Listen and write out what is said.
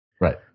Right